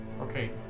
okay